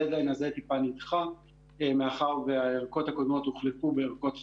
הדד-ליין הזה טיפה נידחה מאחר שהערכות הקודמות הוחלפו בערכות חדשות.